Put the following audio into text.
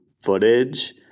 footage